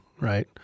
right